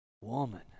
woman